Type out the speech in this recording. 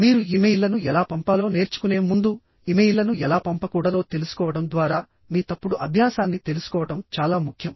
మీరు ఇమెయిల్లను ఎలా పంపాలో నేర్చుకునే ముందుఇమెయిల్లను ఎలా పంపకూడదో తెలుసుకోవడం ద్వారా మీ తప్పుడు అభ్యాసాన్ని తెలుసుకోవడం చాలా ముఖ్యం